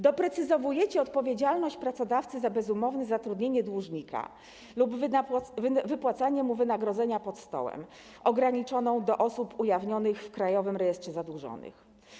Doprecyzowujecie odpowiedzialność pracodawcy za bezumowne zatrudnienie dłużnika lub wypłacanie mu wynagrodzenia pod stołem ograniczoną do osób ujawnionych w Krajowym Rejestrze Zadłużonych.